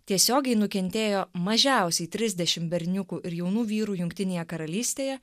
tiesiogiai nukentėjo mažiausiai trisdešimt berniukų ir jaunų vyrų jungtinėje karalystėje